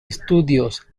estudios